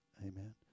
Amen